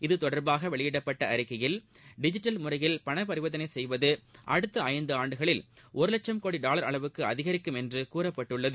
இது தொடர்பான வெளியிடப்பட்ட அறிக்கையில் டிஜிட்டல் முறையில் பரிவர்த்தனை செய்வது அடுத்த ஐந்து ஆண்டுகளில் ஒரு வட்சும் கோடி டாலர் அளவுக்கு அதிகிக்கும் என்று கூறப்பட்டுள்ளது